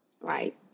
right